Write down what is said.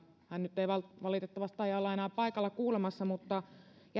hän ei nyt valitettavasti taida olla enää paikalla kuulemassa mutta